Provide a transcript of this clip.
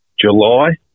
July